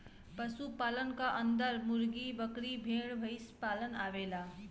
पशु पालन क अन्दर मुर्गी, बकरी, भेड़, भईसपालन आवेला